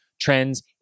trends